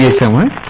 yeah seven